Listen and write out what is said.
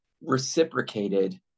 reciprocated